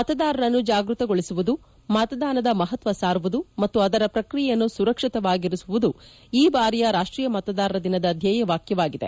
ಮತದಾರರನ್ನು ಜಾಗೃತಗೊಳಿಸುವುದು ಮತದಾನದ ಮಹತ್ವ ಸಾರುವುದು ಮತ್ತು ಅದರ ಪ್ರಕ್ರಿಯೆಯನ್ನು ಸುರಕ್ಷಿತವಾಗಿರಿಸುವುದು ಈ ಬಾರಿಯ ರಾಷ್ಟೀಯ ಮತೆದಾರರ ದಿನದ ಧ್ಯೇಯ ವಾಕ್ಯವಾಗಿದೆ